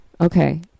Okay